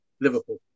Liverpool